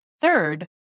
Third